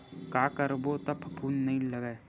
का करबो त फफूंद नहीं लगय?